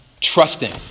trusting